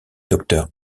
doctor